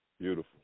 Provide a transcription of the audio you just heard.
Beautiful